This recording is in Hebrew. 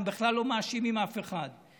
הם בכלל לא מאשימים אף אחד.